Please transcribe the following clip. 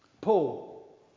Paul